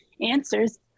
answers